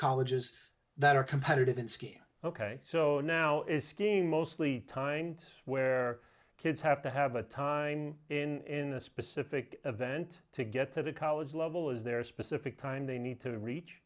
colleges that are competitive in scheme ok so now is skiing mostly time where kids have to have a time in a specific event to get to the college level is there a specific time they need to reach